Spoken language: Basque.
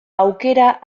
aukera